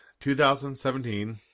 2017